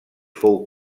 fou